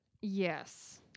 Yes